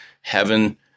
heaven